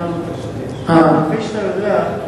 כפי שאתה יודע,